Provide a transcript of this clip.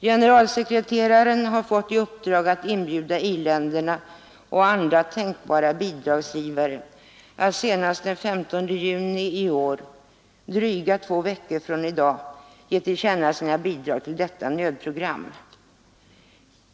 Generalsekreteraren har fått i uppdrag att inbjuda i-länderna och andra tänkbara bidragsgivare att senast den 15 juni i år — dryga två veckor från i dag — ge till känna sina bidrag till detta nödprogram.